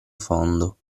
fondo